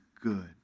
good